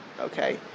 okay